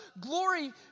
glory